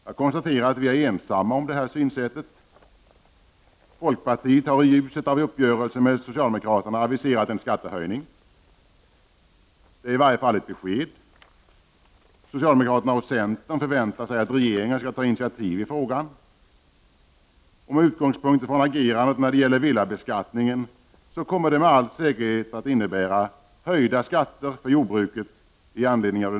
Jag konstaterar att vi är ensamma om det synsättet. Folkpartiet har, i ljuset av uppgörelsen med socialdemokraterna, aviserat en skattehöjning. Det är i varje fall ett besked. Socialdemokraterna och centern förväntar sig att regeringen skall ta initiativ i frågan. Med utgångspunkt i agerandet när det det gäller villabeskattningen kan jag säga att den nya fastighetstaxeringen med all säkerhet kommer att innebära höjda skatter för jordbruket.